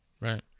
Right